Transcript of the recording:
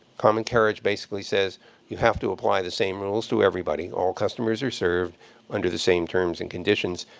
common carriage basically says you have to apply the same rules to everybody, all customers are served under the same terms and conditions.